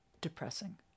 depressing